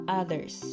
others